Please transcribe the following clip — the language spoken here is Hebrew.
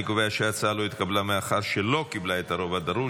אני קובע שההצעה לא התקבלה מאחר שלא קיבלה את הרוב הדרוש.